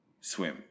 swim